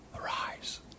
arise